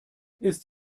ist